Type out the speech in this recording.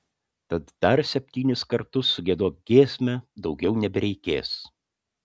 tad dar septynis kartus sugiedok giesmę daugiau nebereikės